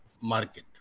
market